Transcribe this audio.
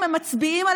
האחרים,